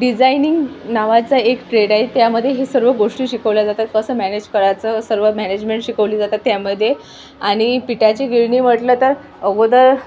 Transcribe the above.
designing नावाचं एक trade आहे त्यामध्ये हे सर्व गोष्टी शिकवल्या जातात कसं मॅनेज करायचं सर्व मॅनेजमेंट शिकवली जातात त्यामध्ये आणि पिठाची गिरणी म्हटलं तर अगोदर